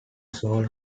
sole